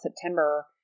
September